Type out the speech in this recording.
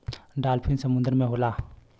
dolphin समुंदर में होला